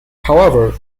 however